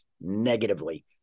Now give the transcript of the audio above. negatively